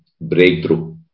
breakthrough